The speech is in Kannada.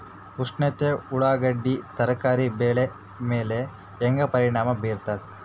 ಉಷ್ಣತೆ ಉಳ್ಳಾಗಡ್ಡಿ ತರಕಾರಿ ಬೆಳೆ ಮೇಲೆ ಹೇಂಗ ಪರಿಣಾಮ ಬೀರತದ?